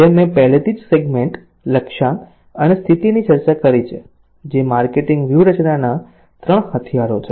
જેમ મેં પહેલેથી જ સેગ્મેન્ટ લક્ષ્યાંક અને સ્થિતિ ની ચર્ચા કરી છે જે માર્કેટિંગ વ્યૂહરચનાના 3 હથિયારો છે